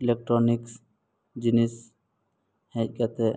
ᱡᱤᱱᱤᱥ ᱦᱮᱡ ᱠᱟᱛᱮᱫ